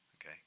Okay